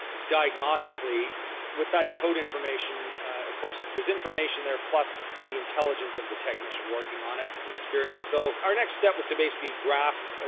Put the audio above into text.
diagnostically with that code information, of course, there's information there, plus the intelligence of the technician working on it, and experience. so, our next step was to basically graph, ah